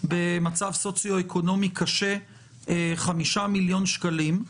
במצב סוציו אקונומי קשה 5 מיליון שקלים.